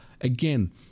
again